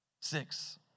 Six